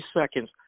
seconds